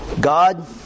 God